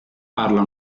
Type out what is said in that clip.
parla